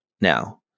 now